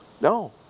no